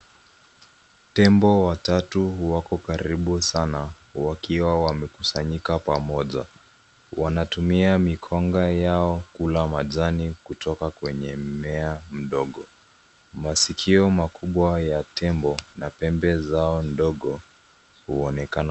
Tembo watatu wako karibu sana wakiwa wamekusanyika pamoja. Wanatumia mikonga yao kula majani kutoka kwenye mmea mdogo. Masikio makubwa ya tembo na pembe zao ndogo huonekana.